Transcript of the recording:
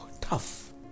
tough